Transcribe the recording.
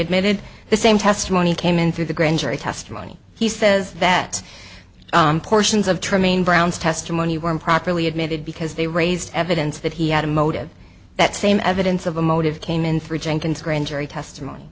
admitted the same testimony came in through the grand jury testimony he says that portions of tremaine brown's testimony were improperly admitted because they raised evidence that he had a motive that same evidence of a motive came in through jenkins grand jury testimony